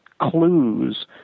clues